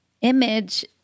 image